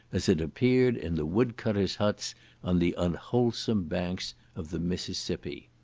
as it appeared in the wood-cutters' huts on the unwholesome banks of the mississippi.